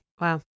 Wow